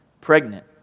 pregnant